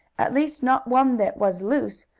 at least not one that was loose,